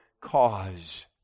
cause